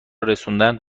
رسوندن